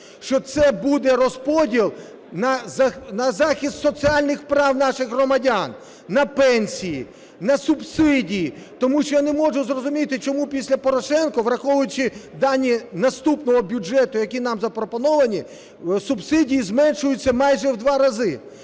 що це буде розподіл на захист соціальних прав наших громадян, на пенсії, на субсидії. Тому що я не можу зрозуміти, чому після Порошенка, враховуючи дані наступного бюджету, які нам запропоновані, субсидії зменшуються майже в два рази.